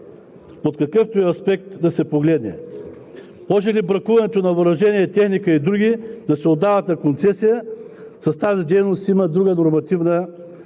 от какъвто и аспект да се погледне. Може ли бракуването на въоръжение, техника и други да се отдават на концесия? За тази дейност има друга нормативна уредба